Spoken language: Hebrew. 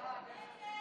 ההצעה